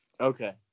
Okay